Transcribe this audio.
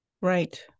Right